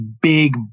big